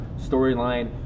storyline